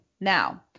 Now